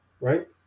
right